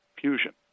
fusion